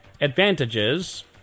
advantages